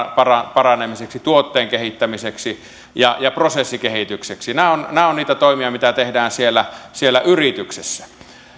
paranemiseksi tuotteen kehittämiseksi ja ja prosessikehitykseksi nämä ovat nämä ovat niitä toimia mitä tehdään siellä siellä yrityksissä